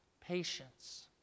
patience